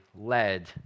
led